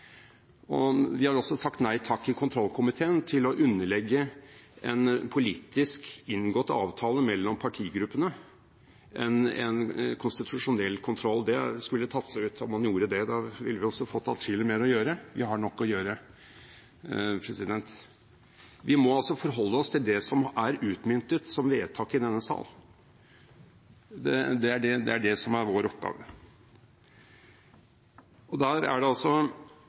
og de har også sagt nei takk i kontrollkomiteen til å underlegge en politisk inngått avtale mellom partigruppene en konstitusjonell kontroll. Det skulle tatt seg ut, om man gjorde det – da ville vi også fått atskillig mer å gjøre, og vi har nok å gjøre. Vi må altså forholde oss til det som er utmyntet som vedtak i denne sal, det er det som er vår oppgave. Og der er det altså